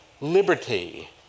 liberty